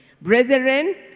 Brethren